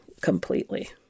completely